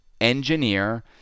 engineer